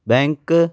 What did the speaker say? bank